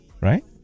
right